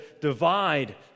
divide